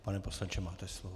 Pane poslanče, máte slovo.